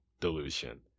delusion